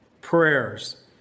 prayers